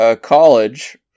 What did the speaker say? college